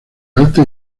alta